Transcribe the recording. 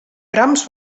brahms